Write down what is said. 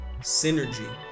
synergy